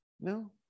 No